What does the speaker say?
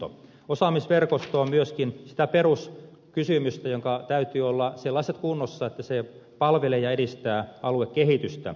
osaamisverkosto on myöskin sitä peruskysymystä jonka täytyy olla sellaisessa kunnossa että se palvelee ja edistää aluekehitystä